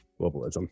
globalism